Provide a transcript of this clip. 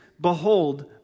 behold